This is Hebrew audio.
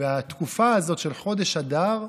והתקופה הזאת של חודש אדר,